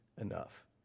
enough